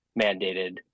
mandated